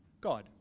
God